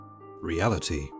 reality